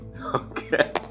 okay